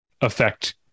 affect